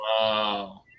Wow